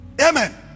amen